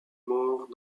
mort